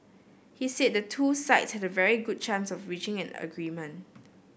he said the two sides had a very good chance of reaching an agreement